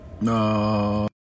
No